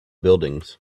buildings